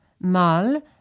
Mal